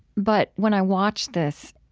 but when i watched this,